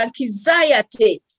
anxiety